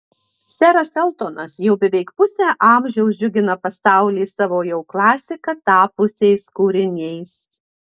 seras eltonas jau beveik pusę amžiaus džiugina pasaulį savo jau klasika tapusiais kūriniais